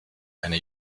eine